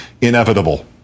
inevitable